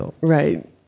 Right